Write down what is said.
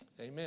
amen